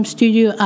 Studio